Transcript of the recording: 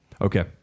Okay